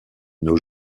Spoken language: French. nos